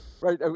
Right